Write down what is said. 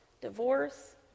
divorce